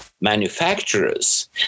manufacturers